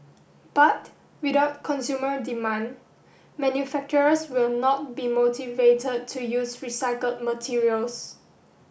but without consumer demand manufacturers will not be motivated to use recycled materials